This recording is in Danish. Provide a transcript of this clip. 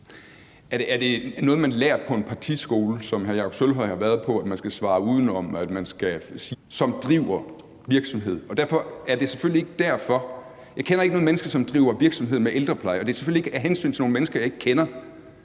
Er det noget, man lærer på en partiskole, som hr. Jakob Sølvhøj har været på, at man skal svare udenom, at man skal sige ting, der er forkerte, i forhold til det spørgsmål, der er stillet? Jeg kender personligt ikke noget menneske, som driver sådan en virksomhed med ældrepleje. Det er selvfølgelig ikke af hensyn til nogle mennesker, jeg ikke kender,